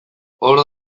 hor